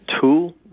tool